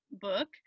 book